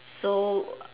so